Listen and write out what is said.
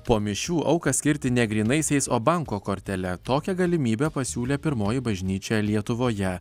po mišių auką skirti ne grynaisiais o banko kortele tokią galimybę pasiūlė pirmoji bažnyčia lietuvoje